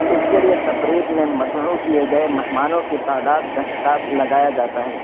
اس کے لیے تقریب میں مدعو کیے گئے مہمانوں کی تعداد کا حساب لگایا جاتا ہے